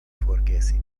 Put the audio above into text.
forgesi